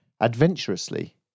adventurously